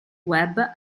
web